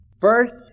First